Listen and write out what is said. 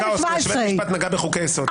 נכון.